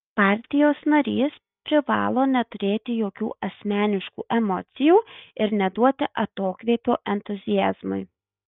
partijos narys privalo neturėti jokių asmeniškų emocijų ir neduoti atokvėpio entuziazmui